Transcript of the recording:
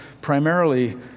primarily